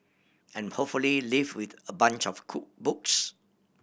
and hopefully leave with a bunch of cool books